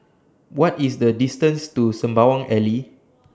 What IS The distance to Sembawang Alley